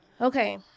Okay